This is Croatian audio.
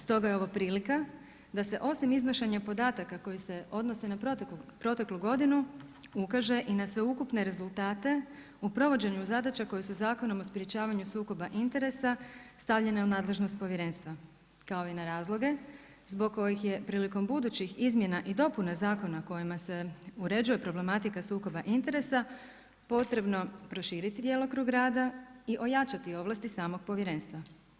Stoga je ovo prilika da se osim iznošenja podataka koji se odnose na proteklu godinu ukaže i na sveukupne rezultate u provođenju zadaća koje su Zakonom o sprječavanju sukoba interesa stavljene u nadležnost povjerenstva kao i na razloge zbog kojih je prilikom budućih izmjena i dopuna zakona kojima se uređuje problematika sukoba interesa potrebno proširiti djelokrug rada i ojačati ovlasti samog povjerenstva.